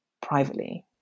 privately